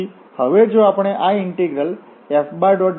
તેથી હવે જો આપણે આ ઇન્ટીગ્રલ F